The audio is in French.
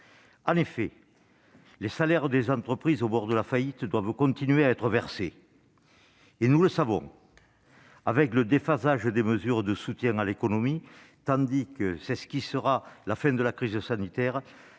En effet, les salaires des entreprises au bord de la faillite doivent continuer à être versés. Or, nous le savons, avec le déphasage des mesures de soutien à l'économie, tandis que s'esquissera la fin de la crise sanitaire,